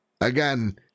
again